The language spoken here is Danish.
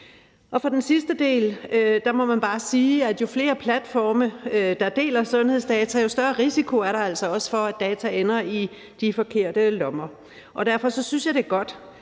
Angående den sidste del må man bare sige, at jo flere platforme, der deler sundhedsdata, jo større risiko er der altså også for, at data ender i de forkerte lommer. Derfor synes jeg, det er godt,